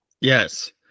Yes